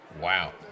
Wow